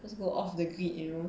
just go off the grid you know